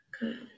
Good